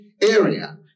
area